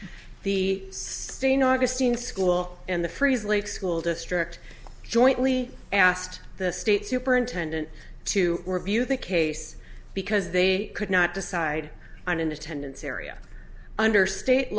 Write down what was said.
st augustine school and the freeze lake school district jointly asked the state superintendent to review the case because they could not decide on an attendance area under state